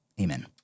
Amen